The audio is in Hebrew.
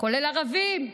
כולל ערבים,